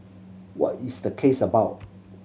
what is the case about